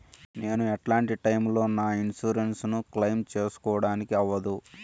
నేను ఎట్లాంటి టైములో నా ఇన్సూరెన్సు ను క్లెయిమ్ సేసుకోవడానికి అవ్వదు?